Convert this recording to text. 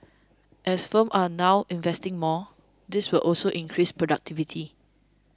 as firms are now investing more this will also increase productivity